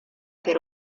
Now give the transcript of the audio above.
per